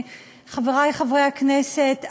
חברי חברי הכנסת,